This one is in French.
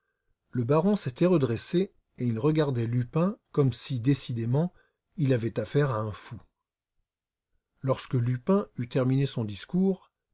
le baron s'était redressé et il regardait lupin comme si décidément il avait affaire à un fou lorsque lupin eut terminé son discours